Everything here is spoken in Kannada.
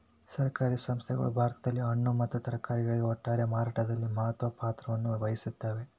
ಸಹಕಾರಿ ಸಂಸ್ಥೆಗಳು ಭಾರತದಲ್ಲಿ ಹಣ್ಣು ಮತ್ತ ತರಕಾರಿಗಳ ಒಟ್ಟಾರೆ ಮಾರಾಟದಲ್ಲಿ ಮಹತ್ವದ ಪಾತ್ರವನ್ನು ವಹಿಸುತ್ತವೆ